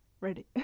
ready